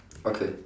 okay